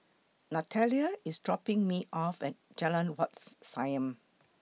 Natalia IS dropping Me off At Jalan Whats Siam